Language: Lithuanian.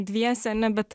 dviese ne bet